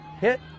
hit